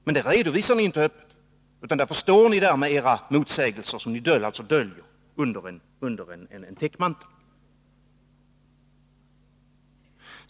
Men det redovisar ni inte öppet, och därför står ni där med alla era motsägelser, som ni döljer under en täckmantel.